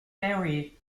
berry